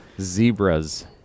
Zebras